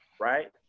right